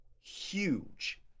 huge